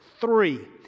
three